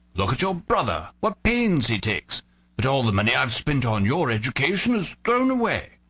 look at your brother, what pains he takes but all the money i've spent on your education is thrown away.